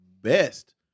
best